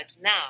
now